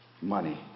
Money